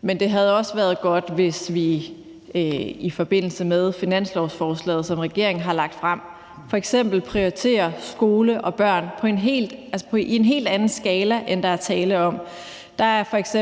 Men det havde også været godt, hvis vi i forbindelse med finanslovsforslaget, som regeringen har lagt frem, f.eks. prioriterede skoler og børn i en helt anden skala, end der er tale om. Der er f.eks.